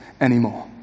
anymore